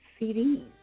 cds